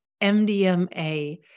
MDMA